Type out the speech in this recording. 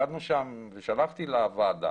שלחתי לוועדה